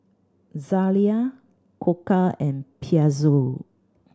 Zalia Koka and Pezzo